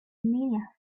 mania